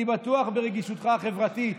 אני בטוח ברגישותך החברתית